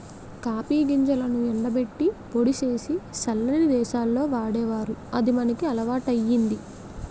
copy గింజలను ఎండబెట్టి పొడి సేసి సల్లని దేశాల్లో వాడేవారు అది మనకి అలవాటయ్యింది